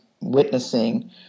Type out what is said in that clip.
witnessing